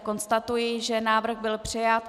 Konstatuji, že návrh byl přijat.